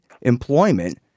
employment